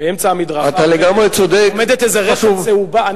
באמצע המדרכה עומדת איזה רשת צהובה.